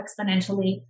exponentially